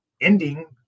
ending